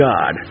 God